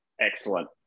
Excellent